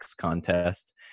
contest